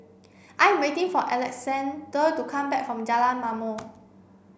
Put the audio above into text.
I am waiting for Alexandr to come back from Jalan Ma'mor